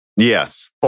Yes